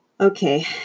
Okay